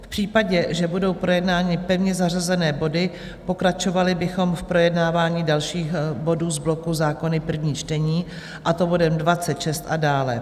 V případě, že budou projednány pevně zařazené body, pokračovali bychom v projednávání dalších bodů z bloku Zákony první čtení, a to bodem 26 a dále.